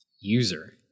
user